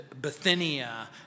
Bithynia